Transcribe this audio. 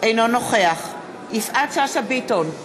אינו נוכח יפעת שאשא ביטון,